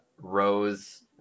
Rose